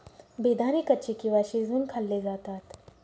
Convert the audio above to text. बेदाणे कच्चे किंवा शिजवुन खाल्ले जातात